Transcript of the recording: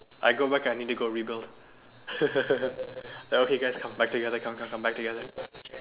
I go back I need to go rebuild okay guys come back together come come back together